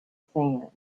sand